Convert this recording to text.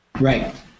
Right